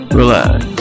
relax